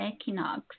equinox